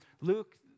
Luke